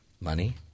money